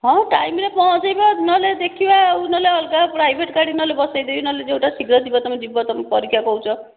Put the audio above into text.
ହଁ ଟାଇମରେ ପହଞ୍ଚେଇବା ନହେଲେ ଦେଖିବା ନହେଲେ ଅଲଗା ପ୍ରାଇଭେଟ ଗାଡ଼ିରେ ନହେଲେ ବସେଇଦେବି ନହେଲେ ଯେଉଁଟା ଶୀଘ୍ର ଯିବ ତୁମେ ଯିବ ତୁମ ପରୀକ୍ଷା କହୁଛ